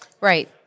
Right